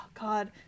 god